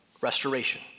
Restoration